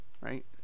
right